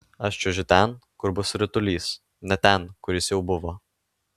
aš čiuožiu ten kur bus ritulys ne ten kur jis jau buvo